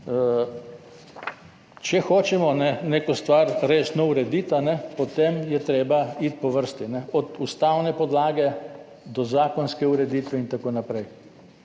Če hočemo neko stvar resno urediti, potem je treba iti po vrsti, od ustavne podlage do zakonske ureditve in tako naprej,